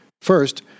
First